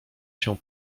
się